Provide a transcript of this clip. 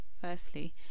Firstly